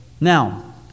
Now